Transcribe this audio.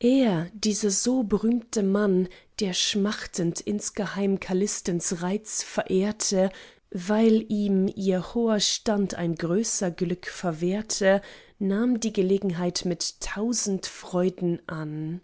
er dieser so berühmte mann der schmachtend ingeheim callistens reiz verehrte weil ihm ihr hoher stand ein größer glück verwehrte nahm die gelegenheit mit tausend freuden an